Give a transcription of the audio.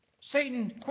Satan